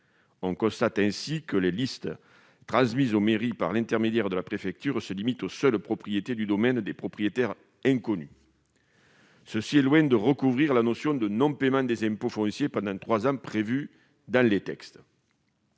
On constate ainsi que les listes transmises aux mairies par l'intermédiaire des préfectures se limitent aux seules propriétés du domaine des propriétaires inconnus, ce qui est loin de recouvrir la notion de non-paiement des impôts fonciers pendant trois ans, prévue dans les textes.